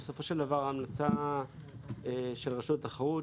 שבסופו של דבר ההמלצה של רשות התחרות,